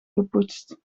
gepoetst